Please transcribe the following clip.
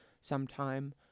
sometime